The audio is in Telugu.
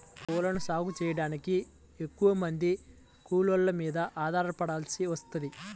పూలను సాగు చెయ్యడానికి ఎక్కువమంది కూలోళ్ళ మీద ఆధారపడాల్సి వత్తది